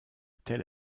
tel